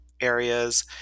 areas